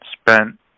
spent